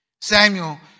Samuel